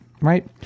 right